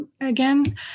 again